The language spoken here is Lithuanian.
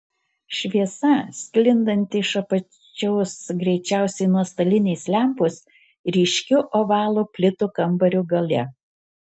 šviesa sklindanti iš apačios greičiausiai nuo stalinės lempos ryškiu ovalu plito kambario gale